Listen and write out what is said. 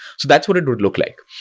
so that's what it would look like.